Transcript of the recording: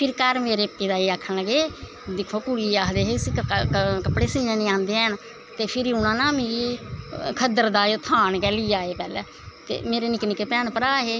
फिर घऱ मेरे पिता जी आखन लगे दिक्खो कुड़ी गी आखदे हे इसी कपड़े सीनां नी आंदे हैन ते फिर उनां ना मिगी खद्दड़ दा थान गै लेई आए इयां ते मेरे निक्के निक्के भैंन भ्रा हे